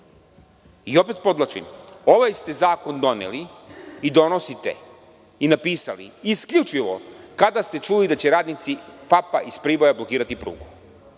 Opet podvlačim, ovaj ste zakon doneli i donosite i napisali isključivo kada ste čuli da će radnici FAP-a iz Priboja blokirati prugu.